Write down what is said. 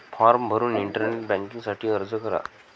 form भरून internet banking साठी अर्ज करा